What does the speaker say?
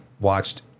watched